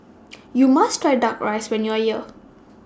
YOU must Try Duck Rice when YOU Are here